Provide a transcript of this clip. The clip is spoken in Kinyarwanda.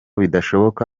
bidashoboka